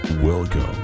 Welcome